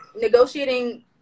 negotiating